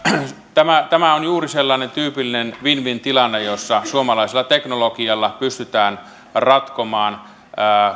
tämä tämä on juuri sellainen tyypillinen win win tilanne jossa suomalaisella teknologialla pystytään ratkomaan